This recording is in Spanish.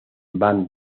van